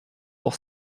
pour